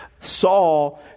Saul